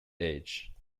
age